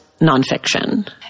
nonfiction